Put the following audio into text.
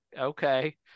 Okay